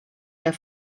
der